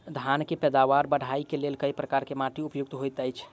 धान केँ पैदावार बढ़बई केँ लेल केँ प्रकार केँ माटि उपयुक्त होइत अछि?